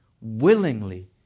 willingly